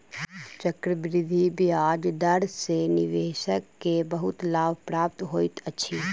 चक्रवृद्धि ब्याज दर सॅ निवेशक के बहुत लाभ प्राप्त होइत अछि